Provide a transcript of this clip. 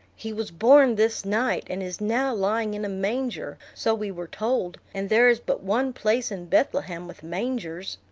he was born this night, and is now lying in a manger, so we were told and there is but one place in bethlehem with mangers.